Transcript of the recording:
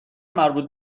مربوط